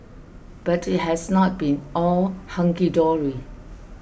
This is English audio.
but it has not been all hunky dory